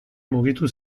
mugitu